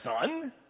son